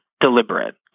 deliberate